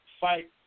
fight